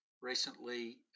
Recently